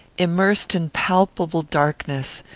immersed in palpable darkness!